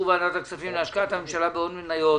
ועדת הכספים להשקעת ממשלה בהון מניות